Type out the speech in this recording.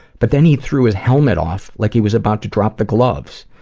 but then he threw his helmet off, like he was about to drop the gloves,